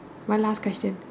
one last question